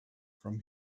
from